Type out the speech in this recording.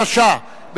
התשע"א 2011,